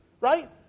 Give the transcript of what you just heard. Right